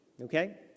okay